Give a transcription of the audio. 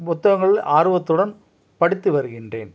புத்தகங்கள் ஆர்வத்துடன் படித்து வருகின்றேன்